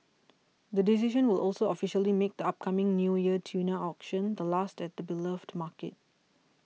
the decision will also officially make the upcoming New Year tuna auctions the last at the beloved market